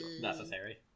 necessary